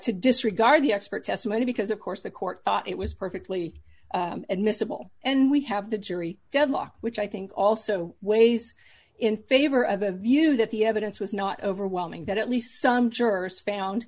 to disregard the expert testimony because of course the court thought it was perfectly admissible and we have the jury deadlocked which i think also weighs in favor of a view that the evidence was not overwhelming that at least some jurors found